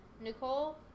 Nicole